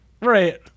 Right